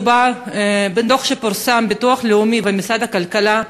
מדובר בדוח של הביטוח הלאומי ומשרד הכלכלה,